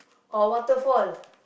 or waterfall